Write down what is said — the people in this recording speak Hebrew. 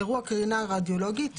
אירוע קרינה רדיולוגית,